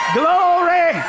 glory